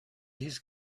his